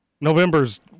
November's